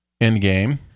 Endgame